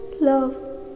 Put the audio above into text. love